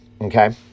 okay